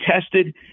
tested